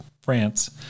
France